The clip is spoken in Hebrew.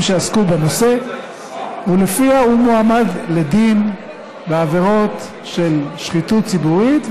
שעסקו בנושא שלפיה הוא מועמד לדין בעבירות של שחיתות ציבורית.